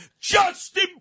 Justin